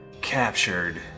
captured